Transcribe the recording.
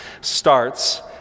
starts